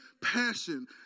passion